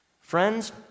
Friends